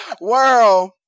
World